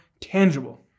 tangible